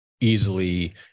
easily